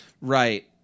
Right